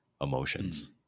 emotions